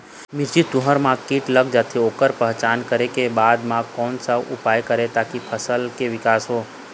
मिर्ची, तुंहर मा कीट लग जाथे ओकर पहचान करें के बाद मा कोन सा उपाय करें ताकि फसल के के विकास हो?